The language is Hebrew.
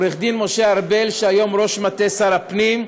עורך-הדין משה ארבל, שהיום הוא ראש מטה שר הפנים,